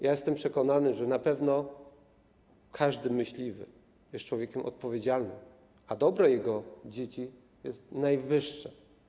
Jestem przekonany, że na pewno każdy myśliwy jest człowiekiem odpowiedzialnym, a dobro jego dzieci jest najwyższe.